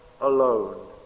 alone